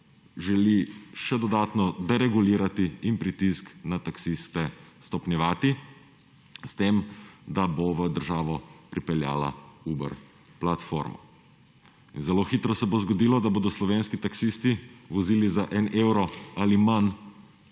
želi še dodatno deregulirati in pritisk na taksiste stopnjevati s tem, da bo v državo pripeljala Uber platforma. In zelo hitro se bo zgodilo, da bodo slovenski taksisti vozili za 1 evro ali manj